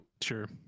sure